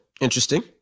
Interesting